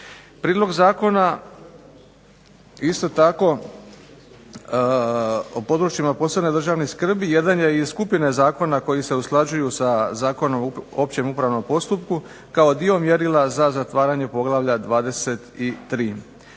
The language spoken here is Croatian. Prijedlog zakona isto tako o područjima posebne državne skrbi jedan je iz skupine zakona koji se usklađuju sa Zakonom o općem upravnom postupku, kao dio mjerila za zatvaranje poglavlja 23.